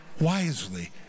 wisely